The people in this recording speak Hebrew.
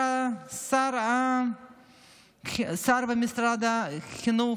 השר במשרד החינוך,